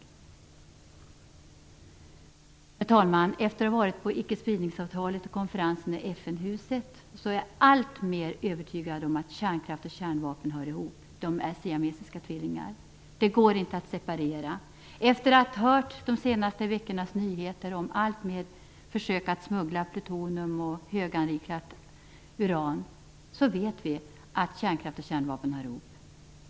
Herr talman! Efter att ha varit varit med om ickespridningsavtalet och konferensen i FN-huset är jag ännu mer övertygad om att kärnkraft och kärnvapen hör ihop. De är siamesiska tvillingar. Det går inte att separera dem. Efter att ha hört de senaste veckornas nyheter om allt fler försök att smuggla plutonium och höganrikat uran vet vi att kärnkraft och kärnvapen hör ihop.